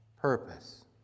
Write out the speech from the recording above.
purpose